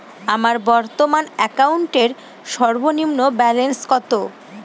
আমার বর্তমান অ্যাকাউন্টের সর্বনিম্ন ব্যালেন্স কত?